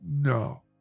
No